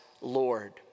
Lord